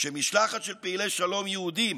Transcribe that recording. כשמשלחת של פעילי שלום יהודים